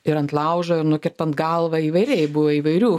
ir ant laužo ir nukertant galvą įvairiai buvo įvairių